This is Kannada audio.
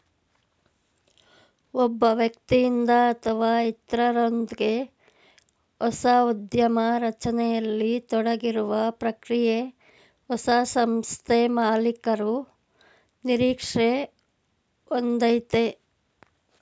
ಒಬ್ಬ ವ್ಯಕ್ತಿಯಿಂದ ಅಥವಾ ಇತ್ರರೊಂದ್ಗೆ ಹೊಸ ಉದ್ಯಮ ರಚನೆಯಲ್ಲಿ ತೊಡಗಿರುವ ಪ್ರಕ್ರಿಯೆ ಹೊಸ ಸಂಸ್ಥೆಮಾಲೀಕರು ನಿರೀಕ್ಷೆ ಒಂದಯೈತೆ